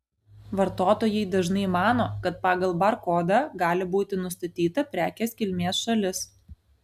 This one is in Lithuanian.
vartotojai dažnai mano kad pagal barkodą gali būti nustatyta prekės kilmės šalis